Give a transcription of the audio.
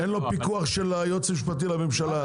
אין לו פיקוח של היועץ המשפטי לממשלה?